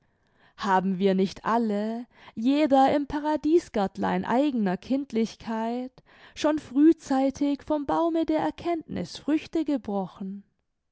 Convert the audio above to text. haben wir nicht alle jeder im paradiesgärtlein eigener kindlichkeit schon frühzeitig vom baume der erkenntniß früchte gebrochen